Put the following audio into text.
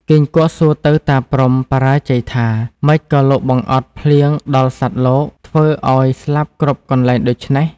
គីង្គក់សួរទៅតាព្រហ្មបរាជ័យថា “ ម៉េចក៏លោកបង្អត់ភ្លៀងដល់សត្វលោក ធ្វើ ឱ្យស្លាប់គ្រប់កន្លែងដូច្នេះ?។